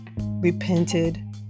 repented